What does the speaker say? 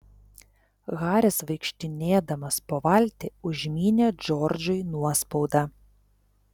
haris vaikštinėdamas po valtį užmynė džordžui nuospaudą